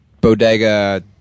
bodega